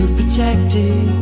protected